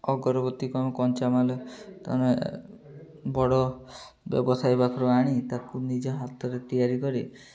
ଅଗରବତୀ କ'ଣ କଞ୍ଚାମାଲ ତୁମେ ବଡ଼ ବ୍ୟବସାୟୀ ପାଖରୁ ଆଣି ତାକୁ ନିଜ ହାତରେ ତିଆରି କରି